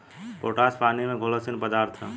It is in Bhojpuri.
पोटाश पानी में घुलनशील पदार्थ ह